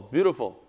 Beautiful